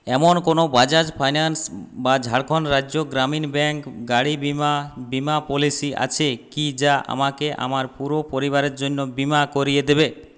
এমন কোনও বাজাজ ফাইন্যান্স বা ঝাড়খণ্ড রাজ্য গ্রামীণ ব্যাংক গাড়ি বিমা বিমা পলিসি আছে কি যা আমাকে আমার পুরো পরিবারের জন্য বিমা করিয়ে দেবে